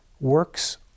works